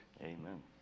Amen